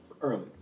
early